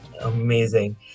amazing